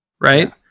right